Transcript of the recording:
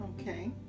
Okay